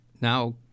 Now